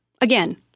again